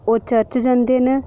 ओह् चर्च जंदे न